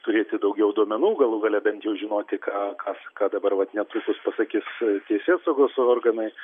turėti daugiau duomenų galų gale bent jau žinoti ką ką ką dabar vat netrukus pasakys teisėsaugos organai